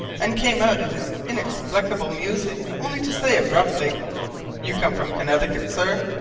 and came out of his inexplicable musing only to say abruptly you come from connecticut, sir?